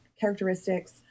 characteristics